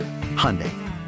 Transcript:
Hyundai